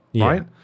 Right